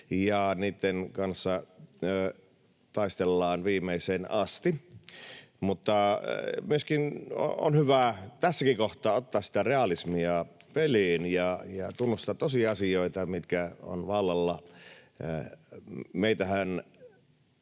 ja niitten kanssa taistellaan viimeiseen asti. Mutta myöskin on hyvä tässäkin kohtaa ottaa sitä realismia peliin ja tunnustaa tosiasioita, mitkä ovat vallalla. Meitähän